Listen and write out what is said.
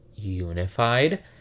unified